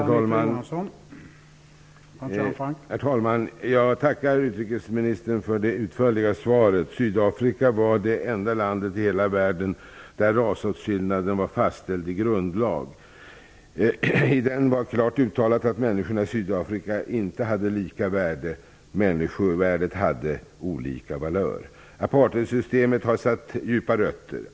Herr talman! Jag tackar utrikesministern för det utförliga svaret. Sydafrika var det enda landet i hela världen i vilket rasåtskillnaden var fastställd i grundlag. I grundlagen var det klart uttalat att människorna i Sydafrika inte hade lika värde. Människovärdet hade olika valör. Apartheidsystemet har satt djupa rötter.